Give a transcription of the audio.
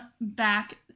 back